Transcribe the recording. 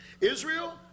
Israel